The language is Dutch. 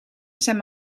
zijn